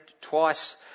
twice